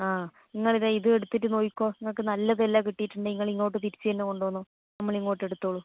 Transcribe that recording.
ആ നിങ്ങൾ ദേ ഇതും എടുത്തിട്ട് നോക്കിക്കോ നിങ്ങൾക്ക് നല്ല വില കിട്ടിയിട്ടും നിങ്ങളിങ്ങോട്ട് തിരിച്ച് തന്നെ കൊണ്ട് വന്നോളു നമ്മളിങ്ങോട്ടെടുത്തോളും